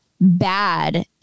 bad